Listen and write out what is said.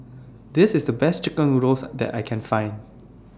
This IS The Best Chicken Noodles that I Can Find